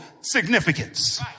significance